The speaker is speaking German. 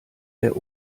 der